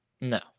no